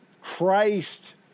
Christ